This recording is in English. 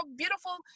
beautiful